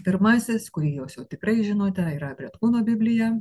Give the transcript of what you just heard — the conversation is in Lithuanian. pirmasis kurį jūs jau tikrai žinote yra bretkūno biblija